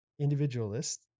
individualist